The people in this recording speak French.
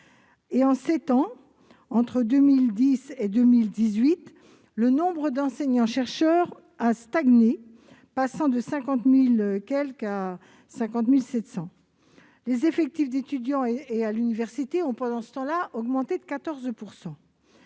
Et, en sept ans, entre 2010 et 2018, le nombre d'enseignants-chercheurs a stagné, passant d'un peu plus de 50 000 à 50 700. Les effectifs d'étudiants et à l'université ont pendant ce temps-là augmenté de 14 %.